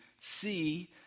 see